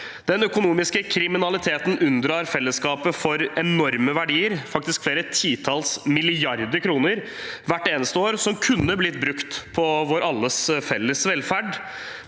Den økonomiske kriminaliteten unndrar fellesskapet for enorme verdier, faktisk flere titalls milliarder kroner hvert eneste år som kunne blitt brukt på vår alles felles velferd.